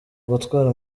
gutwara